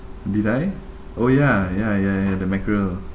did I oh ya ya ya ya the mackerel